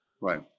Right